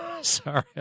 Sorry